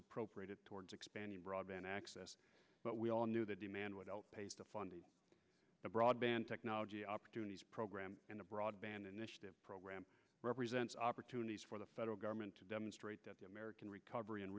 appropriated towards expanding broadband access but we all knew that demand would help fund the broadband technology opportunities program in the broadband initiative program represents opportunities for the federal government to demonstrate the american recovery and